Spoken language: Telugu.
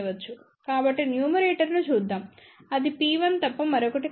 కాబట్టి న్యూమరేటర్ ను చూద్దాం అది P1 తప్ప మరొకటి కాదు